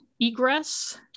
egress